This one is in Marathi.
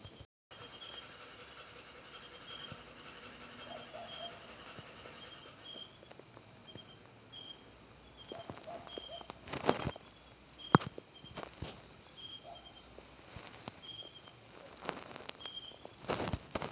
खेकडे, कोळंबी आणि लॉबस्टर हे सगळे क्रस्टेशिअन नावाच्या अपृष्ठवंशी गटाशी संबंधित आसत